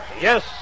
Yes